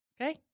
Okay